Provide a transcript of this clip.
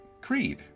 Creed